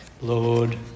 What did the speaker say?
Lord